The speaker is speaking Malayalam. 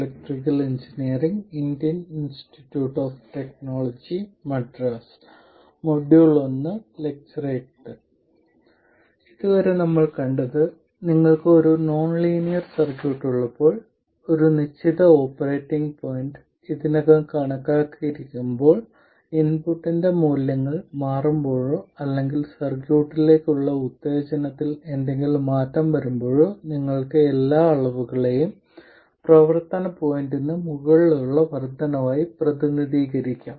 ഇതുവരെ നമ്മൾ കണ്ടത് നിങ്ങൾക്ക് ഒരു നോൺലീനിയർ സർക്യൂട്ട് ഉള്ളപ്പോൾ നിങ്ങൾക്ക് ഒരു നിശ്ചിത ഓപ്പറേറ്റിംഗ് പോയിന്റ് ഇതിനകം കണക്കാക്കിയിരിക്കുമ്പോൾ ഇൻപുട്ടിന്റെ മൂല്യങ്ങൾ മാറുമ്പോഴോ അല്ലെങ്കിൽ സർക്യൂട്ടിലേക്കുള്ള ഉത്തേജനത്തിൽ എന്തെങ്കിലും മാറ്റം വരുമ്പോഴോ നിങ്ങൾക്ക് എല്ലാ അളവുകളെയും പ്രവർത്തന പോയിന്റിന് മുകളിലുള്ള വർദ്ധനവായി പ്രതിനിധീകരിക്കാം